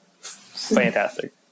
Fantastic